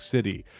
City